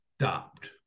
Stopped